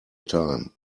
time